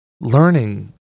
learning